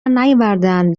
نیاوردهاند